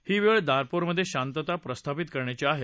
ही वेळ दारपोरमधे शांतता प्रस्थापित करण्याची आहे